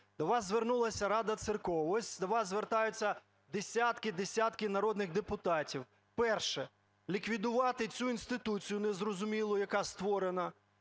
До вас звернулася Рада Церков, от до вас звертаються десятки-десятки народних депутатів. Перше. Ліквідувати цю інституцію незрозумілу, яка створена